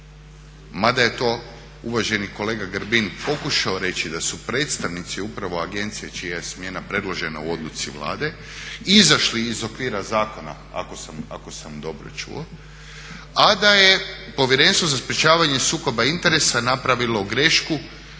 mada je to uvaženi kolega Grbin pokušao reći da su predstavnici upravo Agencije čija je smjena predložena u odluci Vlade izašli iz okvira zakona ako sam dobro čuo, a da je Povjerenstvo za sprječavanje sukoba interesa napravilo grešku